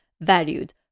valued